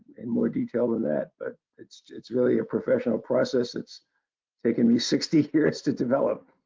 in more detail than that, but it's it's really a professional process that's taken me sixty years to develop.